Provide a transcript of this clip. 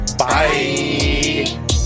Bye